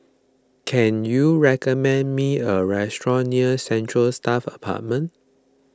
can you recommend me a restaurant near Central Staff Apartment